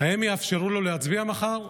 האם יאפשרו לו להצביע מחר?